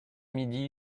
midi